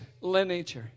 lineage